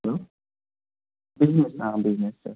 hello business ma'am business చేస్తాం